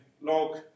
log